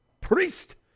Priest